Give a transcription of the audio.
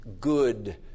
good